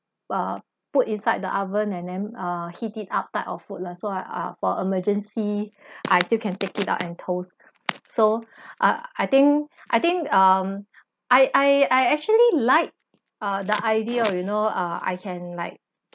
uh put inside the oven and then uh heat it up type of food lah so I I uh for emergency I still can take it out and toast so uh I think I think um I I I actually like uh the idea you know uh I can like